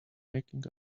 making